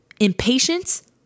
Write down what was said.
impatience